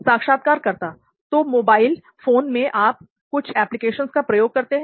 साक्षात्कारकर्ता तो mobile phone में क्या आप कुछ एप्लीकेशंस का प्रयोग करते हैं